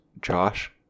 Josh